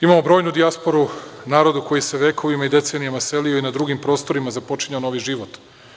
Imamo brojnu dijasporu, narodu koji se vekovima i decenijama selio i na drugim prostorima započinjao novi život.